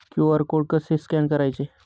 QR code कसे scan करायचे?